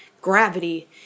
gravity